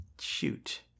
Shoot